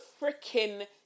freaking